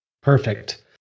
Perfect